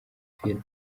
filime